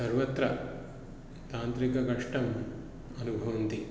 सर्वत्र तान्त्रिककष्टम् अनुभवन्ति